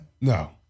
No